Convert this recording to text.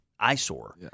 eyesore